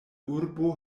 urbo